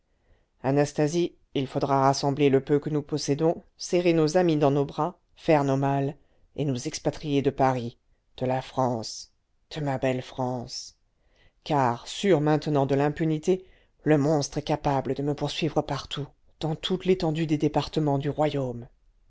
anastasie anastasie il faudra rassembler le peu que nous possédons serrer nos amis dans nos bras faire nos malles et nous expatrier de paris de la france de ma belle france car sûr maintenant de l'impunité le monstre est capable de me poursuivre partout dans toute l'étendue des départements du royaume